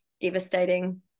devastating